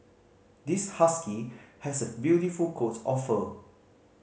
this husky has a beautiful coat of fur